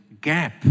gap